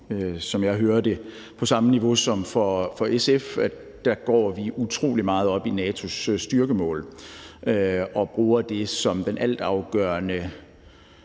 – formentlig på samme niveau som hos SF, som jeg hører det – går utrolig meget op i NATO's styrkemål og bruger det som den altafgørende